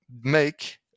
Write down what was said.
make